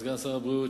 סגן שר הבריאות,